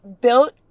built